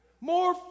More